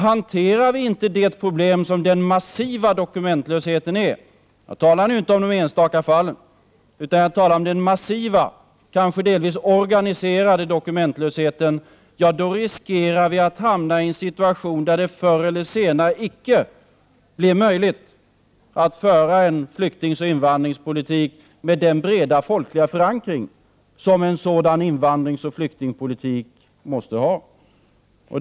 Hanterar vi inte det problem som denna massiva och kanske delvis organiserade dokumentlöshet är — jag talar nu inte om enstaka fall — då riskerar vi att förr eller senare hamna i en situation där det inte blir möjligt att föra en flyktingoch invandringspolitik med den breda folkliga förankring som en sådan politik måste ha.